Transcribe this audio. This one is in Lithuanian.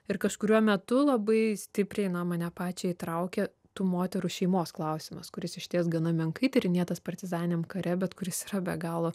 ir kažkuriuo metu labai stipriai na mane pačią įtraukė tų moterų šeimos klausimas kuris išties gana menkai tyrinėtas partizaniniam kare bet kuris yra be galo